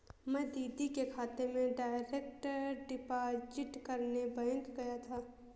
मैं दीदी के खाते में डायरेक्ट डिपॉजिट करने बैंक गया था